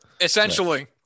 Essentially